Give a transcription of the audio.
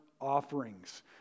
offerings